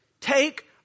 Take